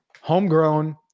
homegrown